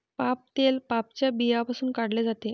palm तेल पामच्या बियांपासून काढले जाते